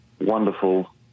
wonderful